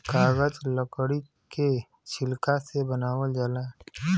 कागज लकड़ी के छिलका से बनावल जाला